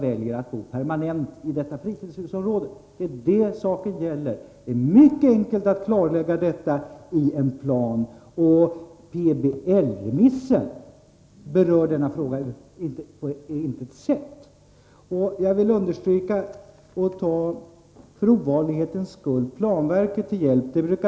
Det är alltså mycket enkelt att klarlägga detta i en plan. — I PBL-remissen berörs denna fråga på intet sätt. Jag vill understryka detta genom att för ovanlighetens skull ta planverket till hjälp.